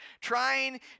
trying